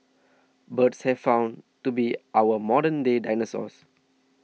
birds have been found to be our modern day dinosaurs